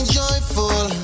joyful